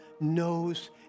knows